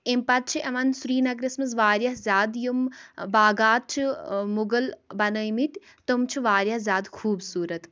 اَمہِ پَتہٕ چھِ یِوان سرینَگرَس منٛز واریاہ زیادٕ یِم باغات چھِ مُغل بَنٲیمٕتۍ تِم چھِ واریاہ زیادٕ خوٗبصوٗرت